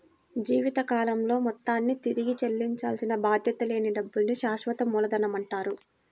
జీవితకాలంలో మొత్తాన్ని తిరిగి చెల్లించాల్సిన బాధ్యత లేని డబ్బుల్ని శాశ్వత మూలధనమంటారు